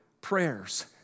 prayers